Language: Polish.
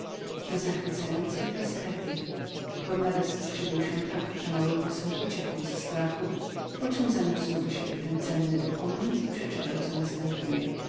do zachwycającej frasquety cornandez skrzywił się tak że mały poseł uciekł ze strachu poczem zaniósł do siebie szacowny ten dowód i przeczytał co następuje